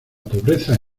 pobreza